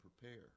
prepare